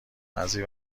بعضی